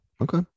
Okay